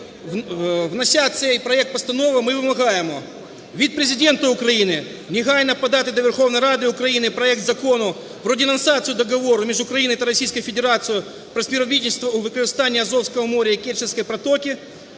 внося цей проект постанови, ми вимагаємо від Президента України негайно подати до Верховної Ради України проект Закону про денонсацію Договору між Україною та Російською Федерацією про співробітництво у використанні Азовського моря і Керченської протоки.